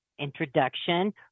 introduction